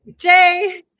Jay